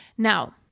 Now